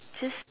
just